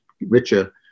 richer